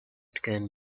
can